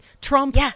Trump